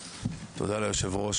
תודה לכבוד יושב הראש,